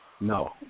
No